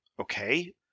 Okay